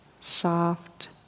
soft